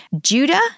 Judah